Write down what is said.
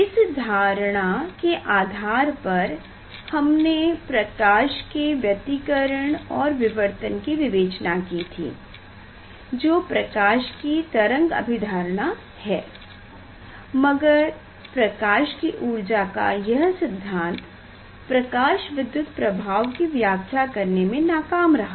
इस धारणा के आधार पर हमने प्रकाश के व्यतिकरण और विवर्तन की विवेचना की थी जो प्रकाश की तरंग अभिधारणा है मगर प्रकाश की ऊर्जा का यह सिद्धांत प्रकाशविद्युत प्रभाव की व्याख्या करने में नाकाम रहा